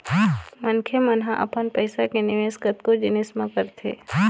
मनखे मन ह अपन पइसा के निवेश कतको जिनिस म करथे